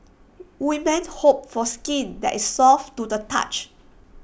women hope for skin that is soft to the touch